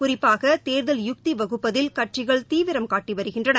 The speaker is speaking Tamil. குறிப்பாக தேர்தல் யுக்தி வகுப்பதில் கட்சிகள் தீவிரம் காட்டி வருகின்றன